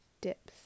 dips